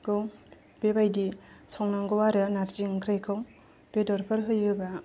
बेबायदि संनांगौ आरो नारजि ओंख्रिखौ बेदरफोर होयोब्ला